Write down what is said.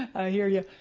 i hear ya.